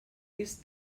ist